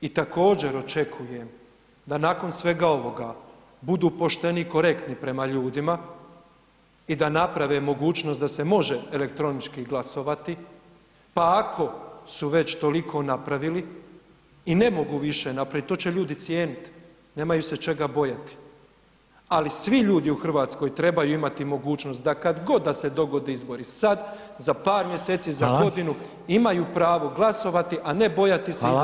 I također očekujem da nakon svega ovoga budu pošteni i korektni prema ljudima i da naprave mogućnost da se može elektronički glasovati pa ako su već toliko napravili i ne mogu više napraviti, to će ljudi cijeniti, nemaju se čega bojati, ali svi ljudi u Hrvatskoj trebaju imati mogućnost da kad god da se dogode izbori, sad, za par mjeseci, za godinu, imaju pravo glasovati a ne bojati se izaći na izbore.